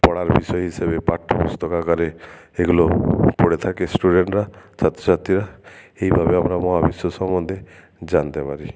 পড়ার বিষয় হিসেবে পাঠ্যপুস্তক আকারে এগুলো পড়ে থাকে স্টুডেন্টরা ছাত্র ছাত্রীরা এইভাবে আমরা মহাবিশ্ব সম্বন্ধে জানতে পারি